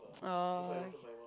oh